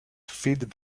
feed